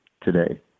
today